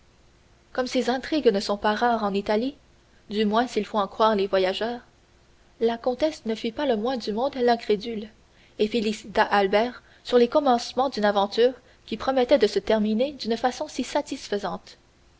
comme ces intrigues ne sont pas rares en italie du moins s'il faut en croire les voyageurs la comtesse ne fit pas le moins du monde l'incrédule et félicita albert sur les commencements d'une aventure qui promettait de se terminer d'une façon si satisfaisante